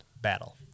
battle